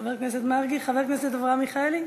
חבר הכנסת מרגי, חבר הכנסת אברהם מיכאלי,